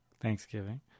Thanksgiving